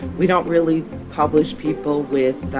we don't really publish people with